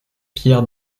pierre